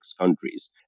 countries